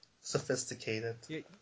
sophisticated